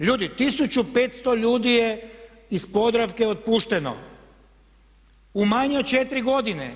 Ljudi, 1500 ljudi je iz Podravke otpušteno u manje od 4 godine!